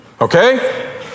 Okay